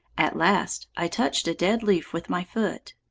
at last i touched a dead leaf with my foot.